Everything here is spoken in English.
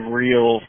real